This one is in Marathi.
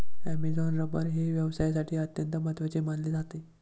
ॲमेझॉन रबर हे व्यवसायासाठी अत्यंत महत्त्वाचे मानले जाते